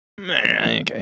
Okay